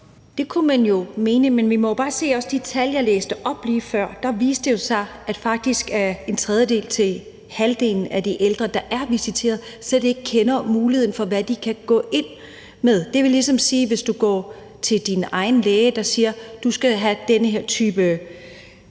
Det kunne man jo mene. Men vi må jo også bare se de tal, jeg læste op lige før. Der viste det sig jo, at faktisk mellem en tredjedel og halvdelen af de ældre, der er visiteret, slet ikke kender deres muligheder for, hvad de kan gå ind med. Det svarer ligesom til, at du går til din egen læge, der siger: Du skal have den her type